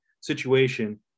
situation